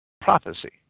prophecy